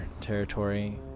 territory